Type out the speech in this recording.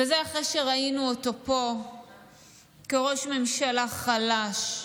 וזה אחרי שראינו אותו פה כראש ממשלה חלש,